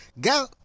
Go